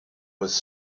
was